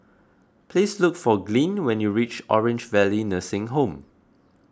please look for Glynn when you reach Orange Valley Nursing Home